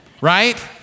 Right